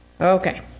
Okay